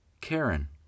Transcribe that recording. Karen